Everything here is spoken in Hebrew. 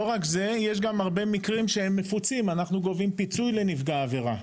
ולא רק זה, אנחנו גובים פיצוי לנפגע עבירה,